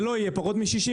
זה לא יהיה פחות מ-60%,